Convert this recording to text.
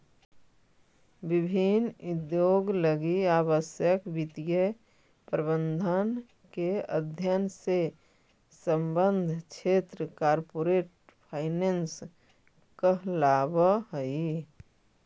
विभिन्न उद्योग लगी आवश्यक वित्तीय प्रबंधन के अध्ययन से संबद्ध क्षेत्र कॉरपोरेट फाइनेंस कहलावऽ हइ